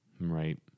Right